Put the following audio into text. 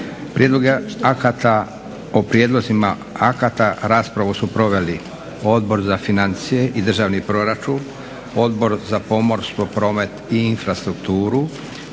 Hrvatskoga sabora. O prijedlozima akata raspravu su proveli Odbor za financije i državni proračun, Odbor za pomorstvo, promet i infrastrukturu,